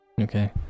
Okay